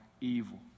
evil